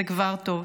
זה כבר טוב.